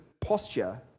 posture